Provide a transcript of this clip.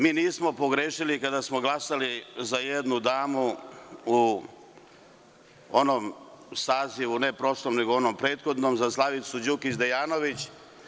Mi nismo pogrešili kada smo glasali za jednu damu ne u prošlom sazivu nego u onom pre toga, za Slavicu Đukić Dejanović.